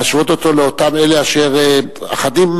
להשוות אותו לאותם אלה אשר אחדים,